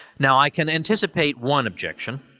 now, i can anticipate one objection.